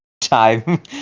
time